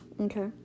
Okay